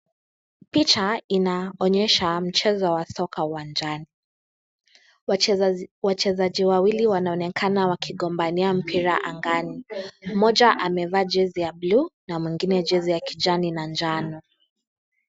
Picha inaonyesha mchezo wa soka uwanjani, wachezaji wawili wanaonekana wakigombanania mpira angani, mmoja amevaa jezi ya bluu na mwingine jezi ya kijani na njano.